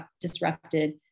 disrupted